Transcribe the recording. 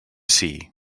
see